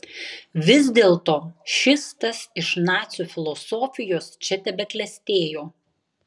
vis dėlto šis tas iš nacių filosofijos čia tebeklestėjo